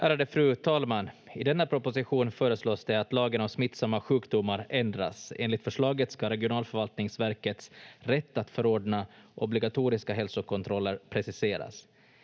Ärade fru talman! I denna proposition föreslås det att lagen om smittsamma sjukdomar ändras. Enligt förslaget ska regionalförvaltningsverkets rätt att förordna obligatoriska hälsokontroller preciseras.